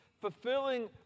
fulfilling